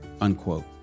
unquote